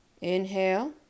inhale